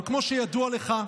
אבל כמו שידוע לך,